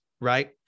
right